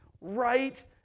right